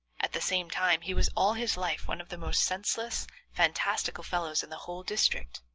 at the same time, he was all his life one of the most senseless, fantastical fellows in the whole district.